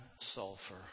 sulfur